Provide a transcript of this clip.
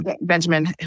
Benjamin